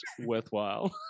worthwhile